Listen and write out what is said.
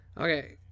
Okay